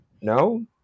No